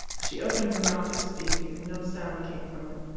she opened her mouth to speak, and no sound came from it.